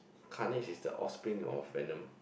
Carnage is the offspring of Venom